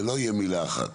זה לא יהיה מילה אחת,